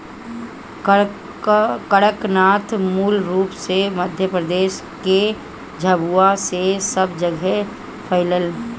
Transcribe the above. कड़कनाथ मूल रूप से मध्यप्रदेश के झाबुआ से सब जगेह फईलल